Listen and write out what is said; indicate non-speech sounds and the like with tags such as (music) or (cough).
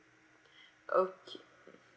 okay (noise)